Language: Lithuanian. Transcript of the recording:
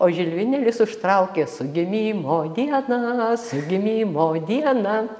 o žilvinėlis užtraukė su gimimo diena su gimimo diena